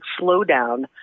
slowdown